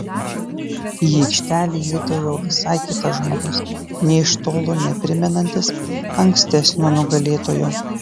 į aikštelę įeidavo jau visai kitas žmogus nė iš tolo neprimenantis ankstesnio nugalėtojo